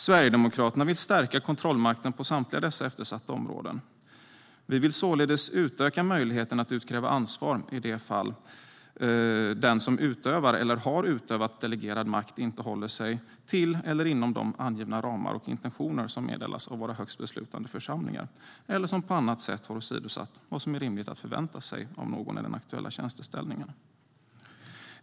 Sverigedemokraterna vill stärka kontrollmakten på samtliga dessa eftersatta områden. Vi vill således utöka möjligheterna att utkräva ansvar i de fall den som utövar eller har utövat delegerad makt inte håller sig till eller inom de angivna ramar och intentioner som meddelas av våra högst beslutande församlingar eller på annat sätt har åsidosatt vad som är rimligt att förvänta sig av någon i den aktuella tjänsteställningen.